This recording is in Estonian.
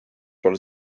pole